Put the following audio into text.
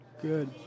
Good